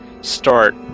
start